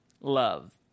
love